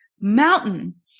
mountain